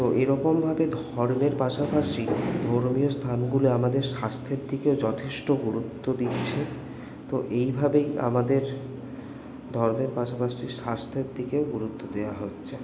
তো এরকমভাবে ধর্মের পাশাপাশি ধর্মীয় স্থানগুলো আমাদের স্বাস্থ্যের দিকেও যথেষ্ট গুরুত্ব দিচ্ছে তো এইভাবেই আমাদের ধর্মের পাশাপাশি স্বাস্থ্যের দিকেও গুরুত্ব দেওয়া হচ্ছে